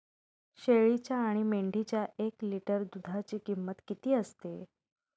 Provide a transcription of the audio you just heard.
शेळीच्या आणि मेंढीच्या एक लिटर दूधाची किंमत किती असते?